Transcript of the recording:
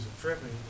tripping